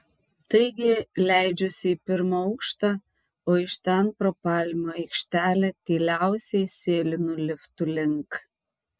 taigi leidžiuosi į pirmą aukštą o iš ten pro palmių aikštelę tyliausiai sėlinu liftų link